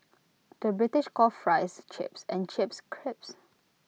the British calls Fries Chips and Chips Crisps